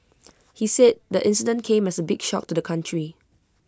he said the incident came as A big shock to the country